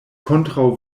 kontraŭ